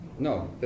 No